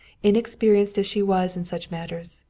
inexperienced as she was in such matters,